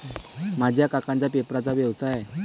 माझ्या काकांचा पेपरचा व्यवसाय आहे